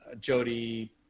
Jody